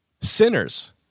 Sinners